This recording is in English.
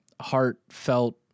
heartfelt